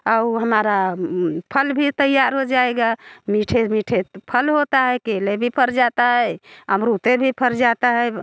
और हमारे फल भी तैयार हो जाएंगे मीठे मीठे फल होते हैं केला भी फल जाता है अमरूद भी फल जाता है